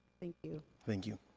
thank you. thank you.